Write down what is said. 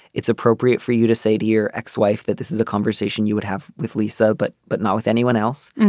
it's appropriate for you to say to your ex-wife that this is a conversation you would have with lisa but but not with anyone else.